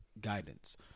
guidance